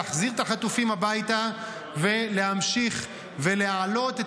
להחזיר את החטופים הביתה ולהמשיך ולהעלות את